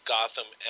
Gotham